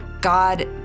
God